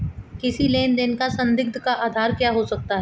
किसी लेन देन का संदिग्ध का आधार क्या हो सकता है?